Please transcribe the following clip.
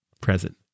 present